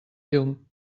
llum